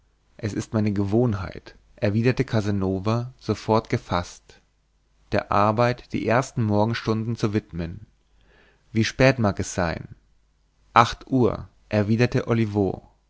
es ist meine gewohnheit erwiderte casanova sofort gefaßt der arbeit die ersten morgenstunden zu widmen wie spät mag es sein acht uhr erwiderte olivo